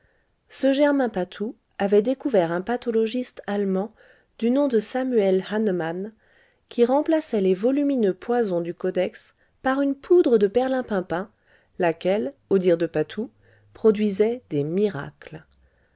ce germain patou avait découvert un pathologiste allemand du nom de samuel hahnemann qui remplaçait les volumineux poisons du codex par une poudre de perlimpinpin laquelle au dire de patou produisait des miracles